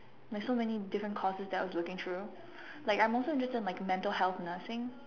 like so many different courses that I was looking through like I'm also interested in like mental health nursing